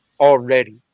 already